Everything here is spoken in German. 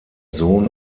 sohn